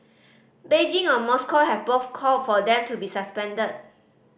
Beijing or Moscow have both called for them to be suspended